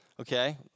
Okay